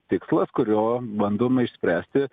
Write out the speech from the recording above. tikslas kuriuo bandoma išspręsti